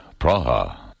Praha